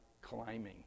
climbing